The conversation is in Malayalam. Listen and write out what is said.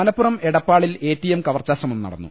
മലപ്പുറം എടപ്പാളിൽ എടിഎം കവർച്ചാ ശ്രമം നടന്നു